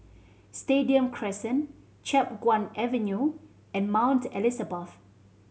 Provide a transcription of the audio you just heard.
Stadium Crescent Chiap Guan Avenue and Mount Elizabeth